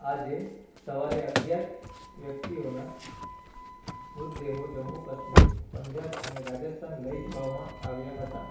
આજે સવારે અગિયાર વ્યક્તિઓના મૃતદેહો જમ્મુ કાશ્મીર પંજાબ અને રાજસ્થાન લઈ જવામાં આવ્યા હતા